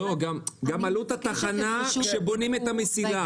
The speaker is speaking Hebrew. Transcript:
גם עלות התחנה שבונים את המסילה.